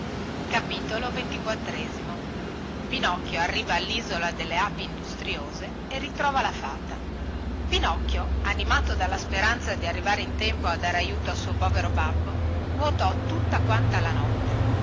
loro case pinocchio arriva allisola delle api industriose e ritrova la fata pinocchio animato dalla speranza di arrivare in tempo a dare aiuto al suo povero babbo nuotò tutta quanta la notte